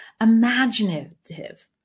imaginative